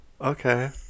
okay